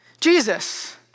Jesus